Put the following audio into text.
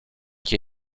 qui